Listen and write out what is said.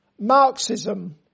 Marxism